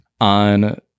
on